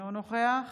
אינו נוכח